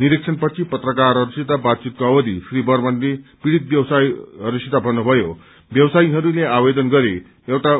निरीक्षणपछि फत्रकारहरूसित बातचितको अवधि श्री बर्मनले पीड़ित व्यवसायीहरूसित भन्नुभयो व्यवसायीहरूले आवदेन गरे एउटा